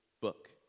book